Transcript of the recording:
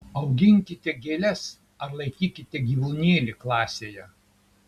auginkite gėles ar laikykite gyvūnėlį klasėje